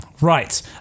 Right